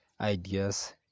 ideas